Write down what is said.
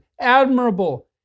admirable